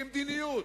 כמדיניות,